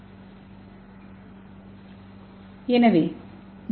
slide நேரத்தைப் பார்க்கவும் 0659 எனவே டி